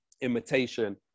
imitation